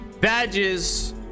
Badges